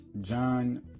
John